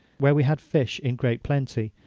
where we had fish in great plenty,